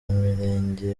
mirenge